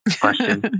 question